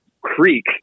creek